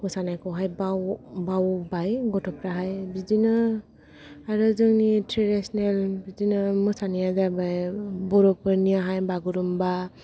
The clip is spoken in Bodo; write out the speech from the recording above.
मोसानायखौहाय बावबाय गथ' फोराहाय बिदिनो आरो जोंनि ट्रेदिसेनल बिदिनो मोसानाया जाबाय बर' फोरनियाहाय बागुरुमबा